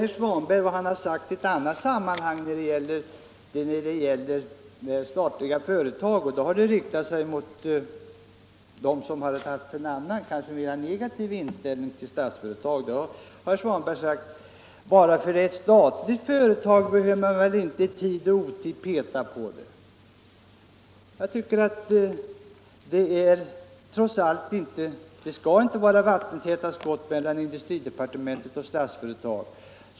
Herr Svanberg har i annat sammanhang i polemik mot dem som haft en negativ inställning till Statsföretag sagt: ”Bara därför att det är ett statligt företag behöver man väl inte i tid och otid peta på det.” Jag tycker trots allt att det inte bör vara vattentäta skott mellan industridepartementet och Statsföretag.